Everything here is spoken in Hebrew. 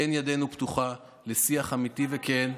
כן ידנו פתוחה לשיח אמיתי וכן,